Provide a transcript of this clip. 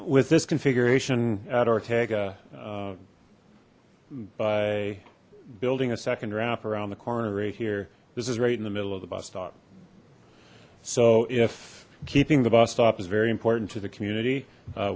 with this configuration at ortega by building a second wrap around the corner right here this is right in the middle of the bus stop so if keeping the bus stop is very important to the community